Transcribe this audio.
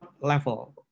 Level